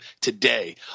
today